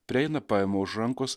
prieina paima už rankos